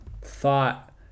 thought